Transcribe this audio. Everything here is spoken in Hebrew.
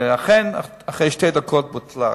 ואכן, אחרי שתי דקות בוטלה הגזירה.